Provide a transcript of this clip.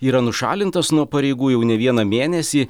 yra nušalintas nuo pareigų jau ne vieną mėnesį